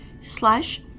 slash